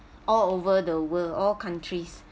all over the world all countries